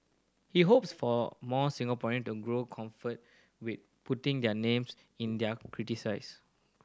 he hopes for more Singaporean to grow comfort with putting their names in their criticise